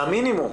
המינימום